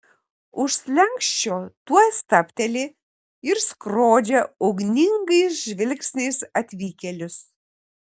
už slenksčio tuoj stabteli ir skrodžia ugningais žvilgsniais atvykėlius